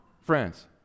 friends